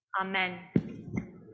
Amen